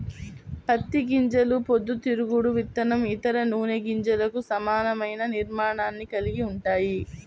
పత్తి గింజలు పొద్దుతిరుగుడు విత్తనం, ఇతర నూనె గింజలకు సమానమైన నిర్మాణాన్ని కలిగి ఉంటాయి